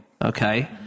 Okay